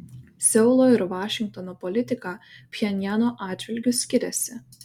seulo ir vašingtono politika pchenjano atžvilgiu skiriasi